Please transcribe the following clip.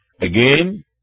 Again